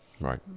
Right